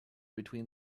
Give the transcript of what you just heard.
between